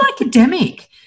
academic